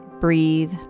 breathe